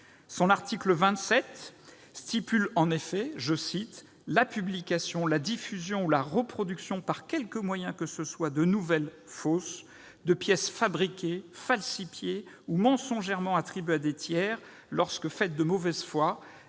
l'article 27 de cette loi prévoit que « la publication, la diffusion ou la reproduction, par quelque moyen que ce soit, de nouvelles fausses, de pièces fabriquées, falsifiées ou mensongèrement attribuées à des tiers lorsque, faite de mauvaise foi,